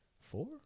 Four